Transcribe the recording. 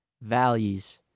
Values